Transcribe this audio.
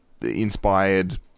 inspired